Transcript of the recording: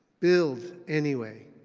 build anyway.